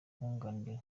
nkunganire